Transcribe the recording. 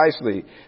precisely